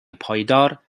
پایدار